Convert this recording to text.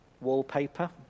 wallpaper